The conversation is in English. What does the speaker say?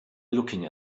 looking